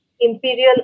Imperial